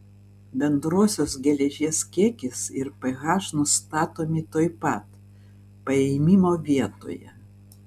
bendrosios geležies kiekis ir ph nustatomi tuoj pat paėmimo vietoje